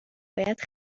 باید